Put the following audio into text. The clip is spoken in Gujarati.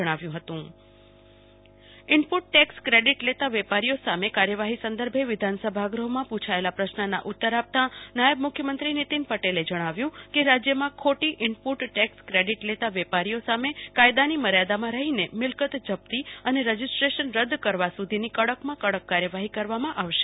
કલ્પના Shah tax credit input tax credit લેતા વેપારીઓ સામે કાર્યવાહી સંદર્ભે વિધાનસભા ગૃહમાં પુછાયેલા પ્રશ્ન ના ઉતર આપતાં નાયબ મુખ્યમંત્રી નીતિન પટેલ જણાવ્યું કે રાજયમાં ખોટી ઈનપુટ ટકસ ક્રેડીટ લેતા વેપારીઓ સામે કાયદાની મર્યાદામાં રહીન મિલ્કત જપ્તી અને રજિસ્ટ્રેશન રદ કરવા સુધીની કડકમાં કડક કાર્યવાહી કરવામા આવશે